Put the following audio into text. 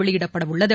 வெளியிடப்பட உள்ளது